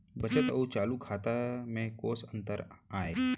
बचत अऊ चालू खाता में कोस अंतर आय?